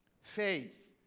faith